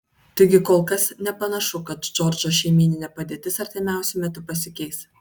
taigi kol kas nepanašu kad džordžo šeimyninė padėtis artimiausiu metu pasikeis